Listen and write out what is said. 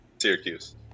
Syracuse